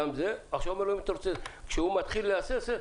ועכשיו הוא מתחיל להסס.